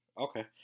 Okay